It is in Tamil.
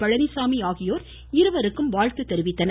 பழனிச்சாமி ஆகியோர் இருவருக்கும் வாழ்த்து தெரிவித்தனர்